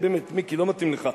מיקי, באמת, לא מתאים לך.